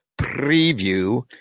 preview